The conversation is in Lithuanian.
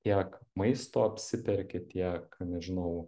tiek maisto apsiperki tiek nežinau